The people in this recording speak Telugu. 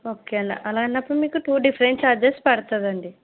ఓకే అండి అలా అన్నప్పుడు మీకు టూ డిఫరెంట్ చార్జెస్ పడతుండండీ